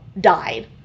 died